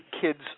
kids